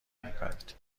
میپرید